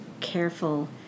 careful